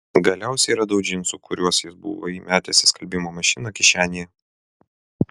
galiausiai radau džinsų kuriuos jis buvo įmetęs į skalbimo mašiną kišenėje